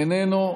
איננו,